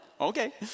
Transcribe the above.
okay